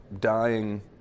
dying